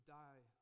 die